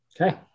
okay